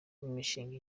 n’imishinga